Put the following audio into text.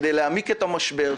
כדי להעמיק את המשבר.